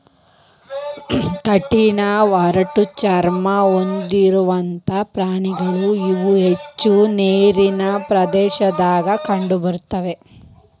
ಕಠಿಣ ಒರಟ ಚರ್ಮಾ ಹೊಂದಿರುವಂತಾ ಪ್ರಾಣಿಗಳು ಇವ ಹೆಚ್ಚ ನೇರಿನ ಪ್ರದೇಶದಾಗ ಕಂಡಬರತಾವ